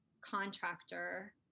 contractor